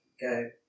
go